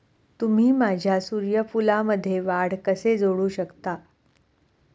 तुम्ही माझ्या सूर्यफूलमध्ये वाढ कसे जोडू शकता?